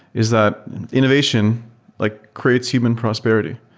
is that innovation like creates human prosperity.